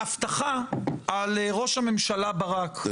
האבטחה על ראש הממשלה ברק --- אתה